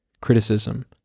criticism